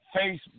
Facebook